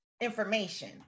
information